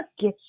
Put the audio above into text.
get